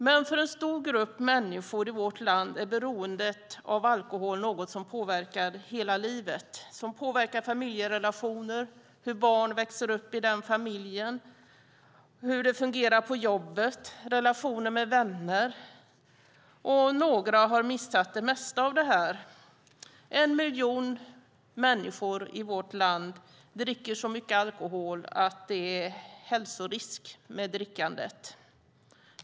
Men för en stor grupp människor i vårt land är beroendet av alkohol något som påverkar hela livet, som påverkar familjerelationer, hur barn växer upp i den familjen, hur det fungerar på jobbet och i relationer med vänner. Några har missat det mesta av det här. En miljon människor i vårt land dricker så mycket alkohol att drickandet innebär en hälsorisk.